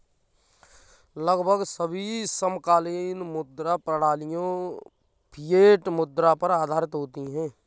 लगभग सभी समकालीन मुद्रा प्रणालियाँ फ़िएट मुद्रा पर आधारित होती हैं